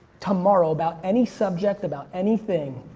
tomorrow about any subject, about anything,